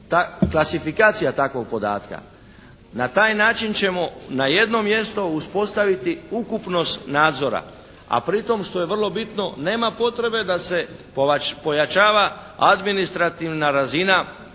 klasifikacija tog podatka. Na taj način ćemo na jednom mjestu uspostaviti ukupnost nadzora a pri tom što je vrlo bitno nema potrebe da se pojačava administrativna razina